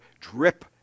drip